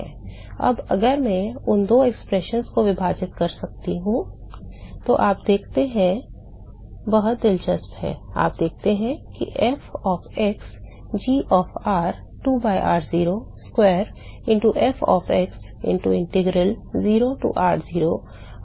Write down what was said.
अब अगर मैं इन 2 अभिव्यक्तियों को विभाजित करता हूं तो आप जो देखते हैं वह बहुत दिलचस्प है आप देखते हैं कि f of x g of r 2 by r0 square into f of x into integral 0 to r0 r dr से विभाजित होता है